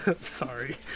sorry